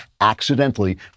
accidentally